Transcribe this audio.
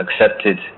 accepted